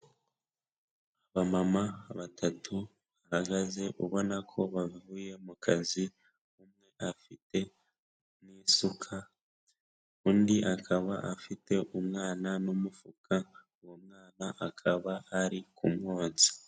Aba mama batatu bahagaze ubona ko bavuye mu kazi, umwe afite n'isuka undi akaba afite umwana n'umufuka uwo mwana akaba ari ku nkotsi.